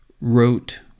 wrote